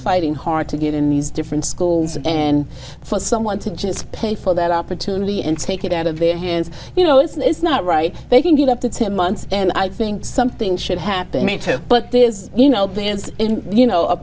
fighting hard to get in these different schools and for someone to just pay for that opportunity and take it out of their hands you know it's not right they can get up to ten months and i think something should happen me too but there is you know plans in you know a